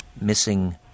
Missing